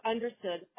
Understood